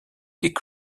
kick